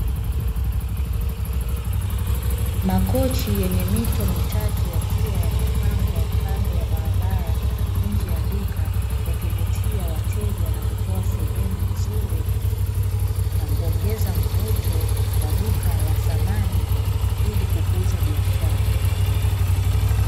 Makochi yenye mito mitatu yakiwa yamepangwa kando ya barabara nje ya duka, yakivutia wateja na kutoa sehemu nzuri na kuongeza mvuto wa duka la samani ili kukuza biashara.